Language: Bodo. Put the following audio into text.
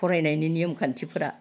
फरायनायनि नियम खान्थिफोरा